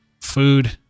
food